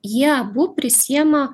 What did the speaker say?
jie abu prisiėma